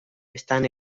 están